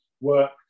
work